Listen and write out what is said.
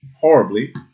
horribly